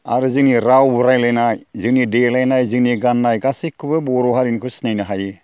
आरो जोंनि राव रायज्लायनाय जोंनि देलायनाय जोंनि गाननाय गासैखौबो बर' हारिनिखौ सिनायनो हायो